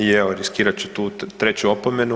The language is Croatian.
I evo riskirat ću tu treću opomenu.